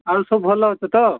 ଆଉ ସବୁ ଭଲ ଅଛ ତ